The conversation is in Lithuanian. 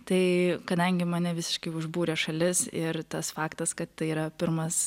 tai kadangi mane visiškai užbūrė šalis ir tas faktas kad tai yra pirmas